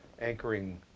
anchoring